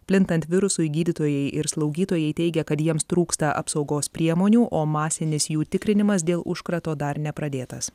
plintant virusui gydytojai ir slaugytojai teigia kad jiems trūksta apsaugos priemonių o masinis jų tikrinimas dėl užkrato dar nepradėtas